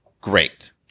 great